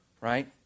right